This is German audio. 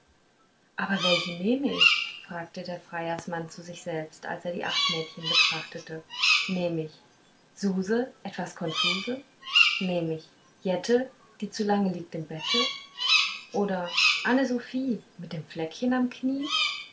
aber welche nehme ich sagte der freiersmann zu sich selbst als er die acht mädchen betrachtete nehme ich suse etwas konfuse nehme ich jette die zu lang liegt im bette oder anne sophie mit dem fleckchen am knie